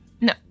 No